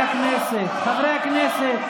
מר נתניהו, חברי הכנסת, חברי הכנסת,